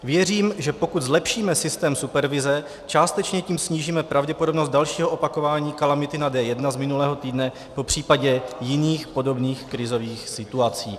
Věřím, že pokud zlepšíme systém supervize, částečně tím snížíme pravděpodobnost dalšího opakování kalamity na D1 z minulého týdne, popřípadě jiných podobných krizových situací.